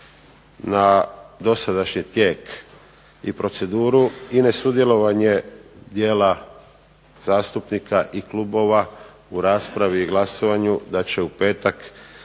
na dosadašnji tijek i proceduru, i nesudjelovanje djela zastupnika i klubova u raspravi i glasovanju, da će u petak